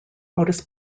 modus